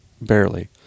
barely